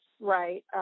right